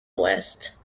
west